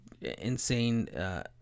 insane